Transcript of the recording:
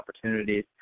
opportunities